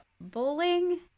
bowling